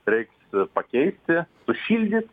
reiks pakeisti sušildyt